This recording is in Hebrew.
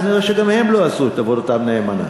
נראה שגם הם לא עשו עבודתם נאמנה.